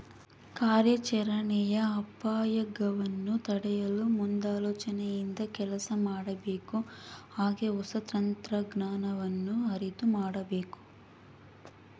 ಕಾರ್ಯಾಚರಣೆಯ ಅಪಾಯಗವನ್ನು ತಡೆಯಲು ಮುಂದಾಲೋಚನೆಯಿಂದ ಕೆಲಸ ಮಾಡಬೇಕು ಹಾಗೆ ಹೊಸ ತಂತ್ರಜ್ಞಾನವನ್ನು ಅರಿತು ಮಾಡಬೇಕು